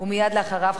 ומייד לאחריו,